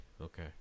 okay